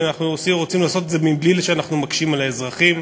ואנחנו רוצים לעשות את זה בלי שאנחנו מקשים על האזרחים.